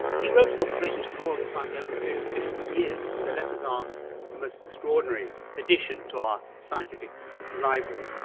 he wrote his observations to the royal society over a period of fifty years. the letters are a most extraordinary addition to our scientific library,